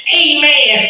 amen